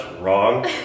wrong